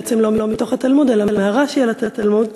בעצם לא מתוך התלמוד אלא מרש"י על התלמוד.